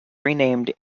renamed